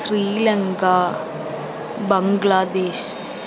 Sri Lanka Bangladesh